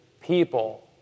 people